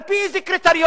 על-פי איזה קריטריונים?